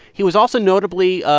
he was also, notably,